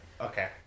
okay